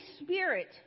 Spirit